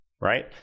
Right